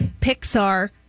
Pixar